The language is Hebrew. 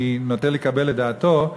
אני נוטה לקבל את דעתו,